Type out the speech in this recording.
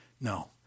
No